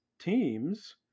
teams